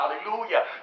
hallelujah